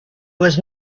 was